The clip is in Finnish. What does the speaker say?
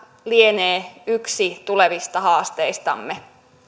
lienee yksi tulevista haasteistamme